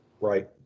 Right